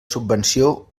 subvenció